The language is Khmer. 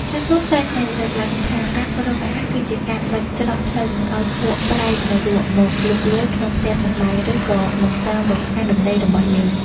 ចាស់ទុំតែងតែលើកឡើងថាការគ្របអាហារ គឺជាការបិទច្រកផ្លូវមិនឱ្យពួកប្រេតនរកមកលុកលុយក្នុងផ្ទះសម្បែង ឬក៏មកតាមរំខានដំណេករបស់យើង។